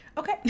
Okay